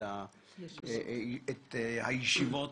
כמובן עוד ניפגש בתוכנו, נתחיל את הכנת הדוח,